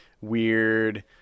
weird